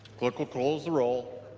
clerk will close the roll.